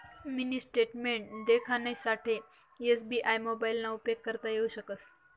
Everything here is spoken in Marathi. मिनी स्टेटमेंट देखानासाठे एस.बी.आय मोबाइलना उपेग करता येऊ शकस